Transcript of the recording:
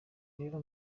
rero